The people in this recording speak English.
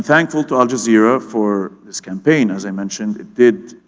thankful to al jazeera for this campaign. as i mentioned it did,